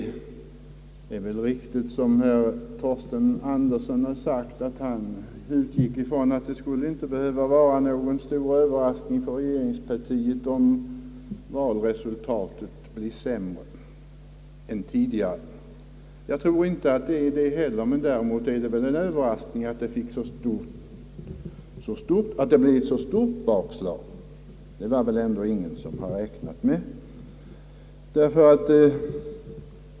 Det är väl riktigt som herr Torsten Andersson sade, att det inte borde vara någon större överraskning för regeringspartiet att valresultatet blev sämre än tidigare valresultat, men däremot var det en överraskning att bakslaget blev så stort. Jag tror ingen hade räknat med det.